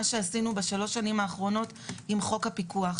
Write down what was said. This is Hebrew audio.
שעשינו בשלוש השנים האחרונות עם חוק הפיקוח.